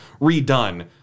redone